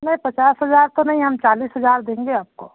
नहीं पचास हज़ार तो नहीं हम चालीस हज़ार देंगे आपको